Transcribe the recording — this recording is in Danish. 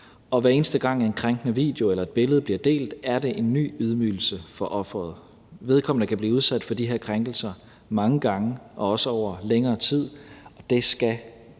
og hver eneste gang en krænkende video eller et billede bliver delt, er det en ny ydmygelse for offeret. Vedkommende kan blive udsat for de her krænkelser mange gange og også over længere tid. Det skal